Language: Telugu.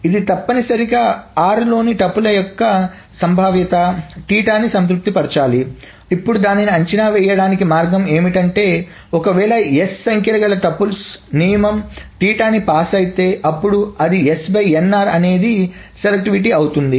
ఇది తప్పనిసరిగా r లోని టుపుల్స్ యొక్క సంభావ్యత ని సంతృప్తి పరచాలి ఇప్పుడు దానిని అంచనా వేయడానికి మార్గం ఏమిటంటే ఒకవేళ s సంఖ్యగల టుపుల్స్ నియమం ని పాస్ అయితే అప్పుడు అనేది సెలెక్టివిటీ అవుతుంది